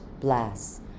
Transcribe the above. blasts